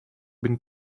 been